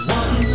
one